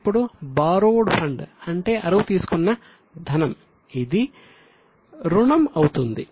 అప్పుడు borrowed fund అంటే అరువు తీసుకున్న ధనం అది రుణం అవుతుంది